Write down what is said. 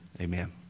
Amen